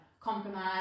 compromise